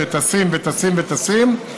שטסים וטסים וטסים,